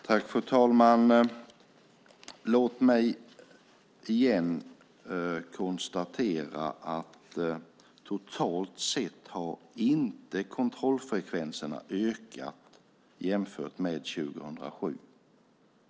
Fru talman! Låt mig igen konstatera att totalt sett har inte kontrollfrekvenserna ökat jämfört med 2007.